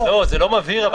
אבל זה לא מבהיר.